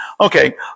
Okay